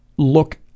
Look